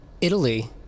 Italy